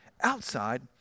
outside